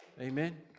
Amen